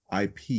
IP